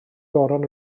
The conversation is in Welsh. goron